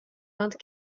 vingt